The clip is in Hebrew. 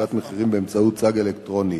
הצגת מחירים באמצעות צג אלקטרוני).